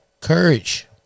Courage